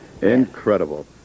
Incredible